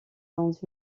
dans